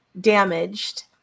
damaged